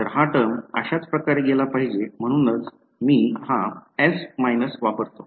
तर हा टर्म अशाच प्रकारे गेला पाहिजे म्हणूनच मी हा S वापरतो